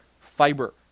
Fiber